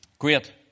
Great